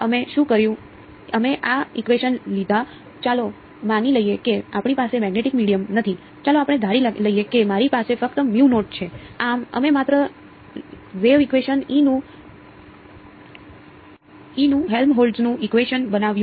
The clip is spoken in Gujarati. હવે અમે શું કર્યું અમે આ ઇકવેશન લીધા ચાલો માની લઈએ કે આપણી પાસે મેગ્નેટિક મીડિયમ નું હેલ્મહોલ્ટ્ઝનું ઇકવેશન બનાવ્યું